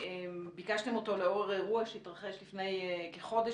ביקשתם אותו לאור אירוע שהתרחש לפני כחודש